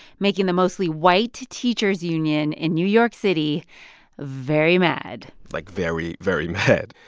making the mostly white teachers union in new york city very mad like, very, very mad.